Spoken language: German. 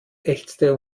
ächzte